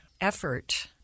effort